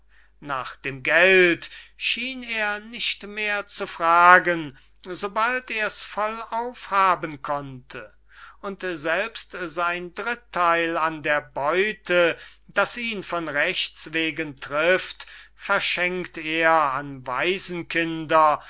nach dem geld schien er nicht mehr zu fragen so bald ers vollauf haben konnte und selbst sein drittheil an der beute das ihn von rechtswegen trifft verschenkt er an waisenkinder